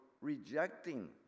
rejecting